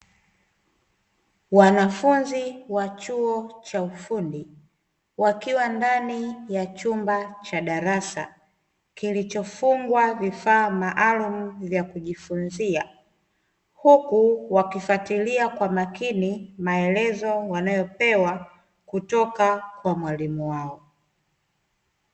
Wanafunzi wa chuo cha ufundi wakiwa katika chumba cha darasa kilicho fungwa mitambo kwaajili ya kujifunzia huku wakifatilia kwa makini maelekezo kutoka kwa mwalimu wao.